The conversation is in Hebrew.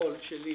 15 אושרה.